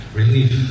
relief